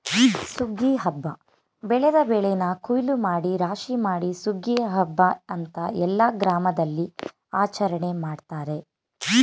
ಸುಗ್ಗಿ ಹಬ್ಬ ಬೆಳೆದ ಬೆಳೆನ ಕುಯ್ಲೂಮಾಡಿ ರಾಶಿಮಾಡಿ ಸುಗ್ಗಿ ಹಬ್ಬ ಅಂತ ಎಲ್ಲ ಗ್ರಾಮದಲ್ಲಿಆಚರಣೆ ಮಾಡ್ತಾರೆ